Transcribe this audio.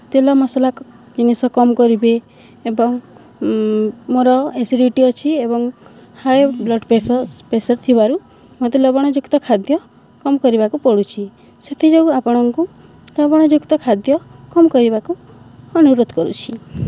ତେଲ ମସଲା ଜିନିଷ କମ୍ କରିବେ ଏବଂ ମୋର ଆସିଡ଼ିଟି ଅଛି ଏବଂ ହାଇ ବ୍ଲଡ଼୍ ପ୍ରେସର୍ ଥିବାରୁ ମୋତେ ଲବଣଯୁକ୍ତ ଖାଦ୍ୟ କମ୍ କରିବାକୁ ପଡ଼ୁଛି ସେଥିଯୋଗୁଁ ଆପଣଙ୍କୁ ଲବଣଯୁକ୍ତ ଖାଦ୍ୟ କମ୍ କରିବାକୁ ଅନୁରୋଧ କରୁଛି